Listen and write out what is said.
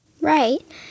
Right